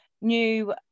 new